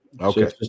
Okay